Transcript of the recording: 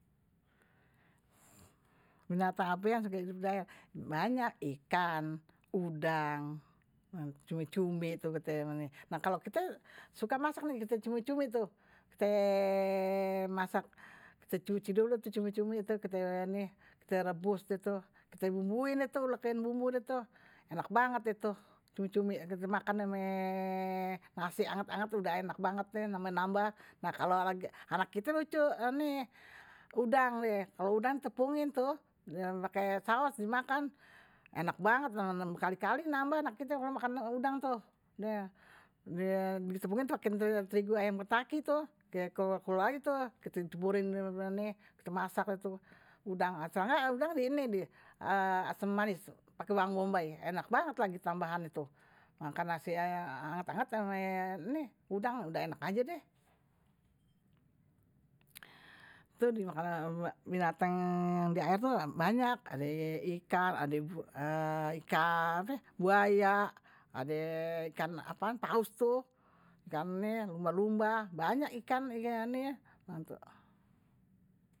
Binatang ape yang suka hidup di aer, banyak ikan, udang, cumi cumi, kite suka masak cumi-cumi, kite cuci dulu cumi-cumi, kite rebus, kite bumbu, enak banget kite makan, ame nasi anget-anget udah enak banget. Nah kalau anak kite lucu, ini udang, kalau udang tepungin tuh, pakai saos dimakan, enak banget, bekali-kali nambah anak kite kalau makan udang tuh, disepungin pakai tepung ayam kentacky tuh, kekulauan tu, kite tepungin, kite masak tu, udang. Masukannya ada udang di ini, di asam manis, pakai bang bombay, enak banget lagi tambahan tu, makan nasi anget-anget, ini udang udah enak aja deh. Tu dimakan, binatang diaer banyak ada ikan, ape buaya ade ikan apaan paus tuh, ikan nih lumba lumba banyak ikan nih.